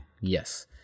Yes